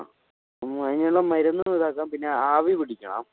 ആഹ് അതിനുള്ള മരുന്നും ഇതാക്കാം പിന്നെ ആവി പിടിക്കണം